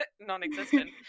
non-existent